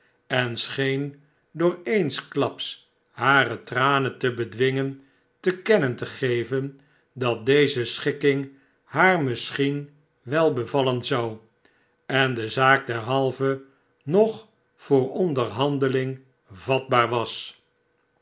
en scheen door een sklaps hare tranen te bedwingen te kennen te geven dat deze schikking haar misschien wel bevallen zou en de zaak derhalve nog voor onderhandeling vatbaar was